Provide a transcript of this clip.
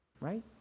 Right